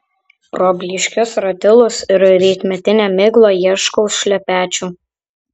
pro blyškius ratilus ir rytmetinę miglą ieškau šlepečių